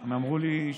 הם אמרו לי.